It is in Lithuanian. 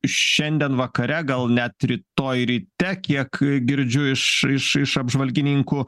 šiandien vakare gal net rytoj ryte kiek girdžiu iš iš iš apžvalgininkų